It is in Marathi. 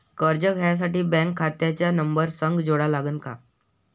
कर्ज घ्यासाठी बँक खात्याचा नंबर संग जोडा लागन का?